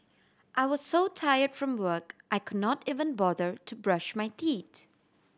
I was so tired from work I could not even bother to brush my teeth